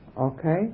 Okay